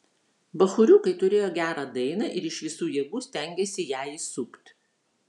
bachūriukai turėjo gerą dainą ir iš visų jėgų stengėsi ją įsukt